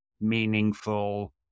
meaningful